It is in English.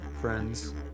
friends